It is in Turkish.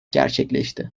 gerçekleşti